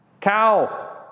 Cow